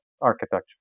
architecture